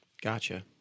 Gotcha